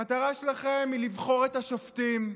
המטרה שלכם היא לבחור את השופטים,